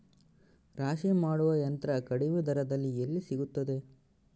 ರಾಶಿ ಮಾಡುವ ಯಂತ್ರ ಕಡಿಮೆ ದರದಲ್ಲಿ ಎಲ್ಲಿ ಸಿಗುತ್ತದೆ?